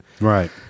Right